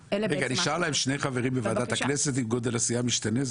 נשארים להם שני חברים בוועדת הכנסת אם גודל הסיעה משתנה?